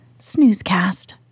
snoozecast